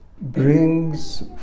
brings